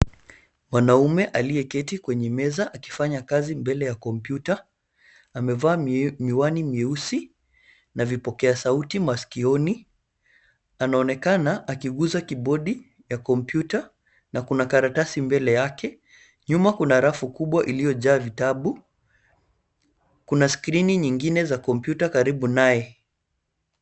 Mwanaume aliyeketi kwenye meza akifanya kazi mbele ya kompyuta amevaa miwani meusi na vipokea sauti masikioni, anaonekana akiguza kibodi ya kompyuta na kuna karatasi mbele yake, nyuma kuna rafu kubwa iliyojaa vitabu . Kuna skrini nyingine za kompyuta karibu naye.